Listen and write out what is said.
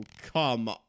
come